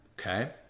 okay